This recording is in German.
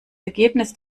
ergebnis